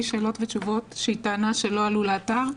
שאלות ותשובות שהיא טענה שלא עלו לאתר.